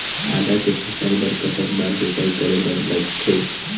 आदा के फसल बर कतक बार जोताई करे बर लगथे?